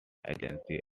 agency